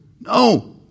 No